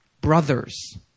brothers